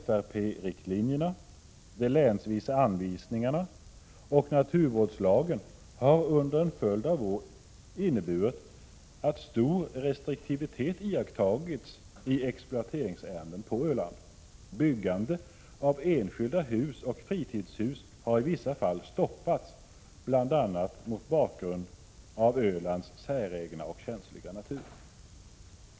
FRP-riktlinjerna, de länsvisa anvisningarna och naturvårdslagen har under en följd av år inneburit att stor restriktivitet iakttagits i exploateringsärenden på Öland. Byggande av enskilda hus och fritidshus har i vissa fall stoppats, bl.a. mot bakgrund av Ölands säregna och känsliga natur.